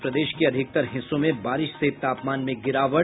और प्रदेश के अधिकतर हिस्सों में बारिश से तापमान में गिरावट